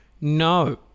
no